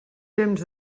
temps